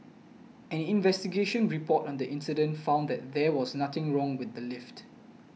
an investigation report on the incident found that there was nothing wrong with the lift